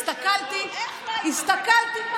הסתכלתי,